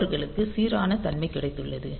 அவர்களுக்கு சீரான தன்மை கிடைத்துள்ளது